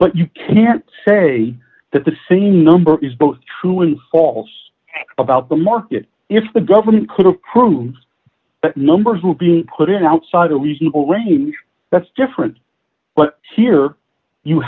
but you can't say that the scene number is both true and false about the market if the government couldn't prove that numbers were being put in outside a reasonable range that's different but here you